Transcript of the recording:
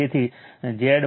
તેથી Zy Z∆ 3 છે